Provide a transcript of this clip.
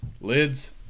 lids